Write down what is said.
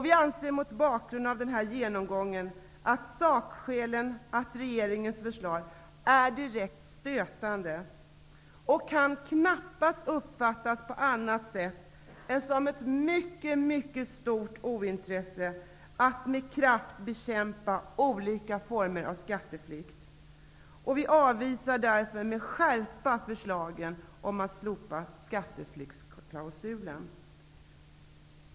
Vi anser mot bakgrund av denna genomgång av sakskälen att regeringens förslag är direkt stötande och knappast kan uppfattas på annat sätt än som ett mycket stort ointresse av att med kraft bekämpa olika former av skatteflykt. Vi avvisar därför med skärpa förslaget att slopa skatteflyktslagen.